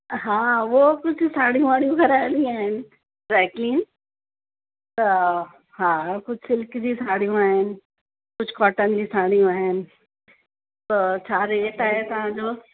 हा उहो कुछ साड़ियूं वाड़ियूं कराइणियूं आहिनि ड्रायक्लीन त हा कुझु सिल्क जी साड़ियूं आहिनि आहिनि कुझु कॉटन जी साड़ियूं आहिनि त छा रेट आहे तव्हां जो